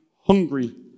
hungry